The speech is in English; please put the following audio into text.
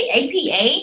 apa